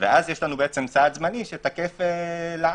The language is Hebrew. ואז יש לנו סעד זמני שתקף לעד,